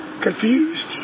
confused